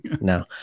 No